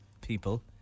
people